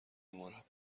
مربّا